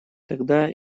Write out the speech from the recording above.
тогда